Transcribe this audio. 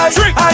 Drink